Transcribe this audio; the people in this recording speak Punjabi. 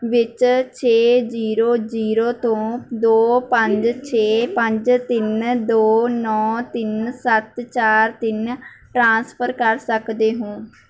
ਵਿੱਚ ਛੇ ਜ਼ੀਰੋ ਜ਼ੀਰੋ ਤੋਂ ਦੋ ਪੰਜ ਛੇ ਪੰਜ ਤਿੰਨ ਦੋ ਨੌਂ ਤਿੰਨ ਸੱਤ ਚਾਰ ਤਿੰਨ ਟਰਾਂਸਫਰ ਕਰ ਸਕਦੇ ਹੋ